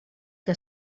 que